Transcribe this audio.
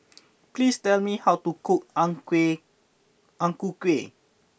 please tell me how to cook Ang Kueh Ang Ku Kueh